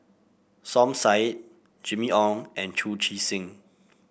Som Said Jimmy Ong and Chu Chee Seng